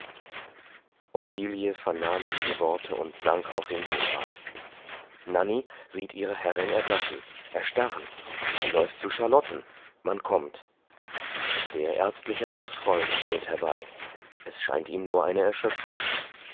ottilie vernahm diese worte und sank auf den sofa nanny sieht ihre herrin erblassen erstarren sie läuft zu charlotten man kommt der ärztliche hausfreund eilt herbei es scheint ihm nur eine erschöpfung